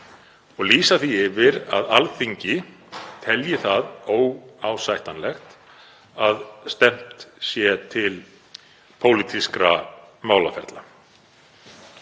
og lýsa því yfir að Alþingi telji óásættanlegt að efnt sé til pólitískra málaferla.